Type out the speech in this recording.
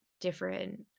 different